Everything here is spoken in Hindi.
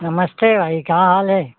नमस्ते भाई क्या हाल है